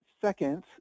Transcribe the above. Second